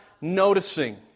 noticing